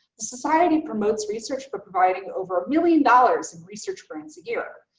the society promotes research by providing over a million dollars in research grants a year,